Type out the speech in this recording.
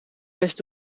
best